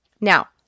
Now